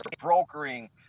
brokering